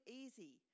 easy